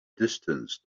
distance